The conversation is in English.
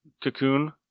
cocoon